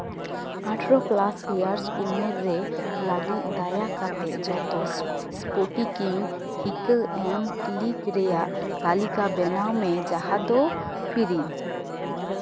ᱟᱴᱷᱨᱳ plus ᱩᱢᱮᱨ ᱨᱮ ᱞᱟᱹᱜᱤᱫ ᱫᱟᱭᱟ ᱠᱟᱛᱮᱫ ᱡᱷᱚᱛᱚ ᱮᱥᱯᱳᱴᱤᱠᱤᱝ ᱴᱷᱤᱠᱟᱹ ᱮᱢ ᱠᱞᱤᱠ ᱨᱮᱭᱟᱜ ᱛᱟᱹᱞᱤᱠᱟ ᱵᱮᱱᱟᱣ ᱢᱮ ᱡᱟᱦᱟᱸ ᱫᱚ ᱯᱷᱤᱨᱤ